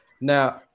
Now